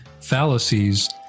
fallacies